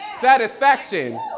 satisfaction